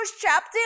chapter